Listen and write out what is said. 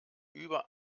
über